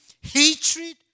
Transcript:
hatred